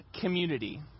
community